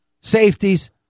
safeties